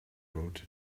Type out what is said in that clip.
wrote